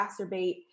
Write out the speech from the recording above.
exacerbate